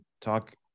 talk